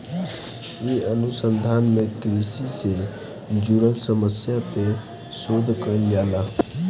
इ अनुसंधान में कृषि से जुड़ल समस्या पे शोध कईल जाला